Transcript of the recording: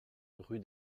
rue